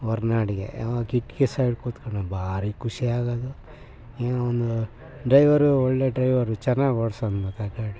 ಹೊರನಾಡಿಗೆ ಹೋಗಿ ಕಿಟಕಿ ಸೈಡ್ ಕುತ್ಕೊಂಡೆ ಭಾರಿ ಖುಷಿಯಾಗೋದು ಏನೊ ಅವನು ಡ್ರೈವರು ಒಳ್ಳೆಯ ಡ್ರೈವರು ಚೆನ್ನಾಗಿ ಓಡಿಸೋನು ಗಾಡಿ